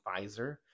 Pfizer